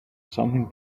something